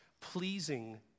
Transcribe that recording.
pleasing